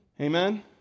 amen